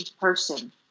person